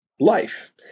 life